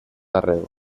arreu